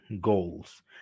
goals